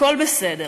הכול בסדר.